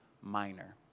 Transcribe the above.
minor